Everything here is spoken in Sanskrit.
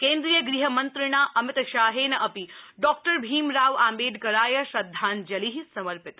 केन्द्रीय गृह मन्त्रिणा अमिशाहेन अपि डॉ भीमरावआम्बेडकराय श्रद्धाञ्जलि समर्पित